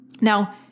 Now